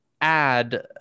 add